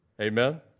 Amen